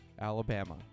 Alabama